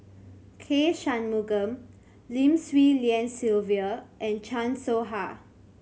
K Shanmugam Lim Swee Lian Sylvia and Chan Soh Ha